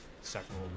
Second